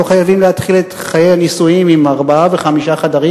לא חייבים להתחיל את חיי הנישואים עם ארבעה וחמישה חדרים